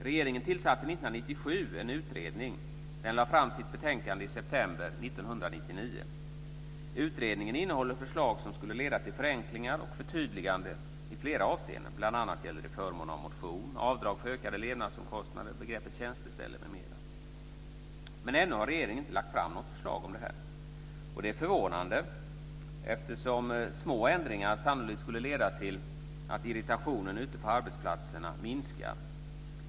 Regeringen tillsatte 1997 en utredning. Den lade fram sitt betänkande i september 1999. Utredningen innehåller förslag som skulle leda till förenklingar och förtydligande i flera avseenden. Det gäller bl.a. förmån av motion, avdrag för ökade levnadsomkostnader, begreppet tjänsteställe m.m. Ännu har regeringen inte lagt fram något förslag om detta. Det är förvånande eftersom små ändringar sannolikt skulle leda till att irritationen ute på arbetsplatserna minskar.